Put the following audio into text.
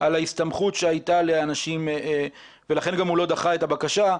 על ההסתמכות שהייתה לאנשים ולכן הוא גם לא דחה את הבקשה,